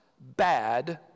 bad